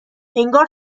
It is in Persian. انگار